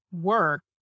work